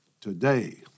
today